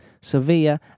Sevilla